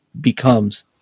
becomes